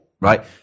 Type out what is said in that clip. right